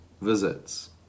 visits